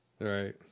Right